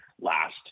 last